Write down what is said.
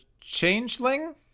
Changeling